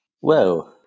Whoa